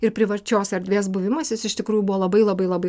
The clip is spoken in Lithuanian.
ir privačios erdvės buvimas jis iš tikrųjų buvo labai labai labai